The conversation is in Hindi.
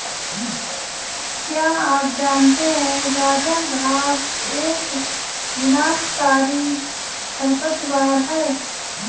क्या आप जानते है गाजर घास एक विनाशकारी खरपतवार है?